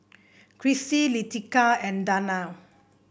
Chrissie Leticia and Darnell